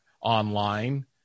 online